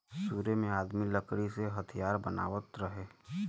सुरु में आदमी लकड़ी के ही हथियार बनावत रहे